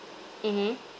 mmhmm